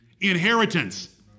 inheritance